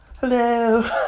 Hello